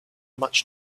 much